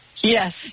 Yes